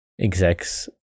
execs